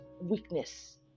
weakness